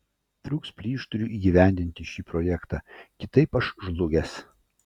trūks plyš turiu įgyvendinti šį projektą kitaip aš žlugęs